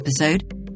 episode